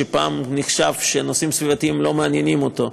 שפעם נחשב שנושאים סביבתיים לא מעניינים אותו,